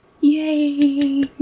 yay